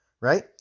right